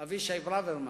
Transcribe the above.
אבישי ברוורמן,